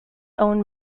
own